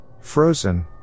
frozen